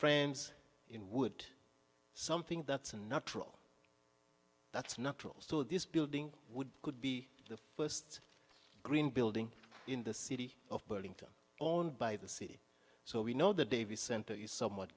friends in would something that's a natural that's natural so this building could be the first green building in the city of burlington oh and by the sea so we know the davy center is somewhat